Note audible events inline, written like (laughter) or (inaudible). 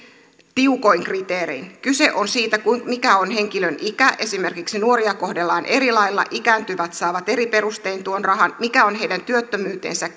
tiukoin kriteerein kyse on siitä mikä on henkilön ikä esimerkiksi nuoria kohdellaan eri lailla ikääntyvät saavat eri perustein tuon rahan mikä on heidän työttömyytensä (unintelligible)